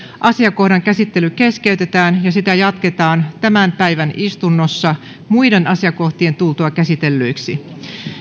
asiakohdan käsittely keskeytetään ja sitä jatketaan tämän päivän istunnossa muiden asiakohtien tultua käsitellyiksi